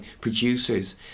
producers